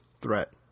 threat